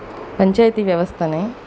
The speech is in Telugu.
పంచాయతీ వ్యవస్థని